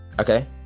okay